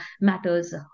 matters